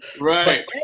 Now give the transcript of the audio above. Right